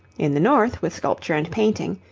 in the north with sculpture and painting,